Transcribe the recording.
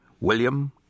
William